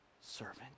servant